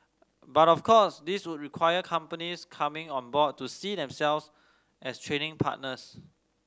but of course this would require companies coming on board to see themselves as training partners